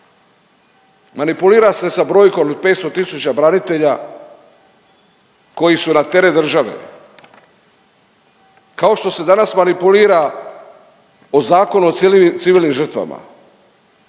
Manipulira se sa brojkom od 500 000 branitelja koji su na teret države kao što se danas manipulira o Zakonu o civilnim žrtvama.